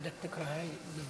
זו